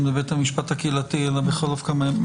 בבית המשפט הקהילתי אלא בחלוף כמה ימים.